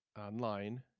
online